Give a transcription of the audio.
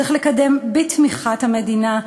צריך לקדם, בתמיכת המדינה,